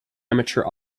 amateur